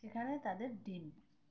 সেখানে তাদের ডিম